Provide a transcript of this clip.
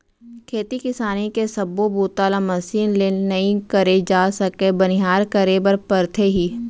खेती किसानी के सब्बो बूता ल मसीन ले नइ करे जा सके बनिहार करे बर परथे ही